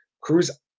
Cruz